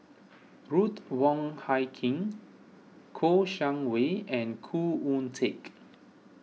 Ruth Wong Hie King Kouo Shang Wei and Khoo Oon Teik